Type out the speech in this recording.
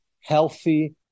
healthy